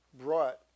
brought